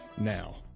now